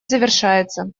завершается